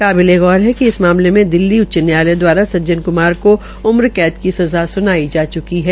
काबिलेगौर है कि इस मामले में दिल्ली उच्च न्यायालय द्वारा सज्जन क्मार को उम्र कैद की सज़ा सुनाई जा चुकी है